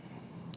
idiot